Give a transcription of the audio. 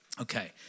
Okay